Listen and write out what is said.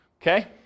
Okay